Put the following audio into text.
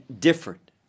different